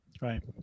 Right